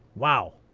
wow.